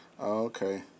okay